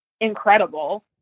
incredible